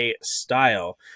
style